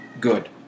good